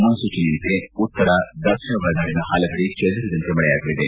ಮುನ್ಸೂಚನೆಯಂತೆ ಉತ್ತರ ದಕ್ಷಿಣ ಒಳನಾಡಿನ ಪಲವೆಡೆ ಚದುರಿದಂತೆ ಮಳೆಯಾಗಲಿದೆ